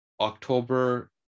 October